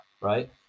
right